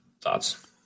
thoughts